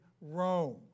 Rome